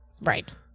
right